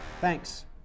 Thanks